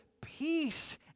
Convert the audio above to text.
peace